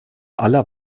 aller